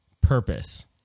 purpose